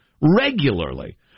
regularly